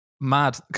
mad